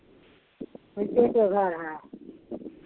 मिट्टी के घर है